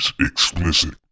explicit